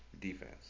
defense